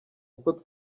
uko